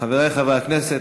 חברי חברי הכנסת,